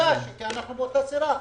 אני יודע, אנחנו באותה סירה.